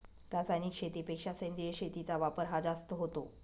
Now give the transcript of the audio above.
रासायनिक शेतीपेक्षा सेंद्रिय शेतीचा वापर हा जास्त होतो